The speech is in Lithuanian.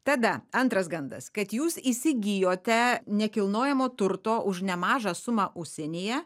tada antras gandas kad jūs įsigijote nekilnojamo turto už nemažą sumą užsienyje